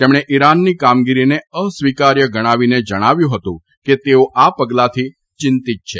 તેમણે ઇરાનની કામગીરીને અસ્વીકાર્ય ગણાવીને જણાવ્યું હતું કે તેઓ આ પગલાથી ચિંતિત છે